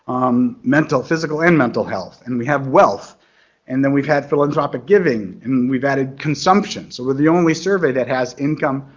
um mental. physical and mental health and we have wealth and then we've had philanthropic giving and we've added consumption. so we're the only survey that has income,